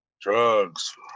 drugs